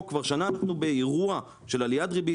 פה כבר שנה אנחנו באירוע של עליית ריבית